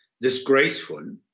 disgraceful